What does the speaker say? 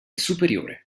superiore